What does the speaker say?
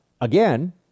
again